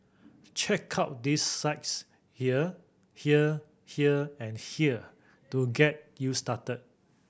check out these sites here here here and here to get you started